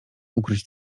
ukryć